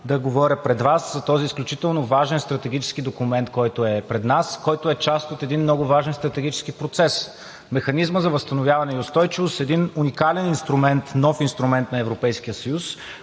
да говоря пред Вас за този изключително важен стратегически документ, който е пред нас, който е част от един много важен стратегически процес – Механизма за възстановяване и устойчивост, един уникален инструмент, нов инструмент на Европейския съюз,